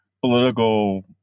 political